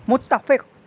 متفق